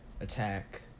attack